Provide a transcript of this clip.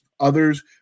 Others